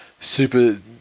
Super